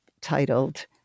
titled